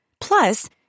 Plus